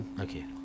Okay